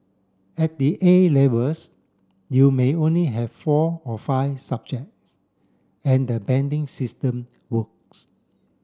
at the A Levels you may only have four or five subjects and the banding system works